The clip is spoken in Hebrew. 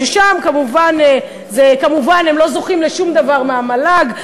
שם הם כמובן לא זוכים לשום דבר מהמל"ג.